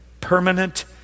permanent